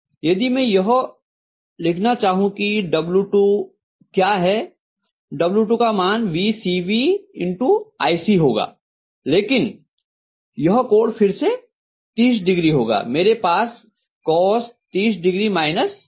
यदि मैं यह लिखना चाहूँ कि W2 क्या है W2 का मान vCB iC होगा लेकिन यह कोण फिर से 30ο होगा मेरे पास COS 30ο होगा